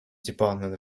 department